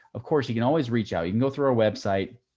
of course you can always reach out. you can go through our website,